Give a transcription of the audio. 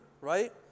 right